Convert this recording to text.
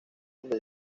donde